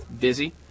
busy